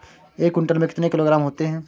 एक क्विंटल में कितने किलोग्राम होते हैं?